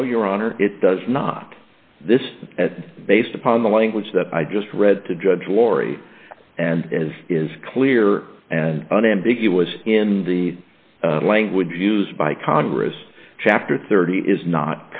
time no your honor it does not this at based upon the language that i just read to judge laurie and as is clear and unambiguous in the language used by congress chapter thirty is not